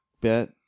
bet